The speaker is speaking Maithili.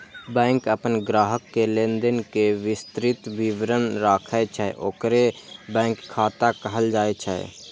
बैंक अपन ग्राहक के लेनदेन के विस्तृत विवरण राखै छै, ओकरे बैंक खाता कहल जाइ छै